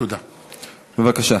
בבקשה.